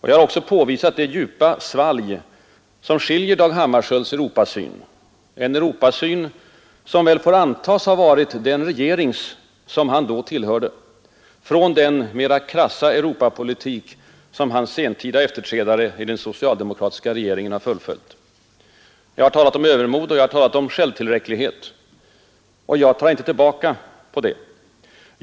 Jag har också påvisat det djupa svalg som skiljer Dag Hammarskjölds Europasyn — en Europasyn som väl får antas ha varit den regerings som han då tillhörde — från den krassa Europapolitik, som hans sentida efterträdare i den socialdemokratiska regeringen har fullföljt. Jag har här talat om övermod och självtillräcklighet. Och jag tar inte tillbaka det.